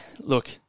look